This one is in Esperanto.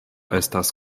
estas